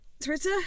Twitter